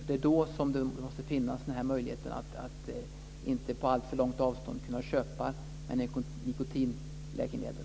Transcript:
Det är då som det måste finnas en möjlighet att på inte alltför långt avstånd köpa nikotinläkemedel.